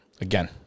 again